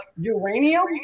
uranium